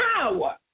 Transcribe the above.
power